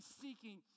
seeking